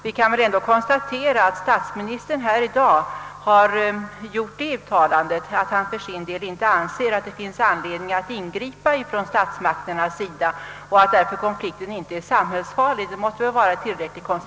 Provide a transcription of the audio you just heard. Vi kan ändå konstatera att statsministern i dag uttalat, att han för sin del inte anser att det finns anledning för statsmakterna att ingripa, och att konflikten alltså inte är samhällsfarlig. Detta konstaterande måste väl vara tillräckligt.